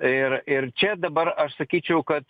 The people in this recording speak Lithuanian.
ir ir čia dabar aš sakyčiau kad